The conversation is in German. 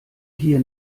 hier